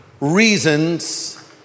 reasons